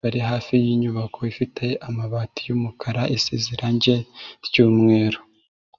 bari hafi y'inyubako ifite amabati y'umukara iseze rye ry'umweru.